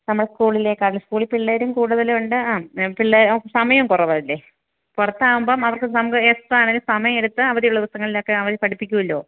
നമ്മളുടെ സ്കൂളിലേക്കാണ് സ്കൂളിൽ പിള്ളേരും കൂടുതലുണ്ട് ആ പിള്ളേ സമയം കുറവല്ലേ പുറത്താകുമ്പോൾ അവർക്ക് സംഭവം എപ്പം ആണെങ്കിലും സമയം എടുത്ത് അവധി ഉള്ള ദിവസങ്ങൾ ഒക്കെ അവർ പഠിപ്പിക്കുമല്ലൊ